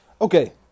Okay